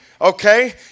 okay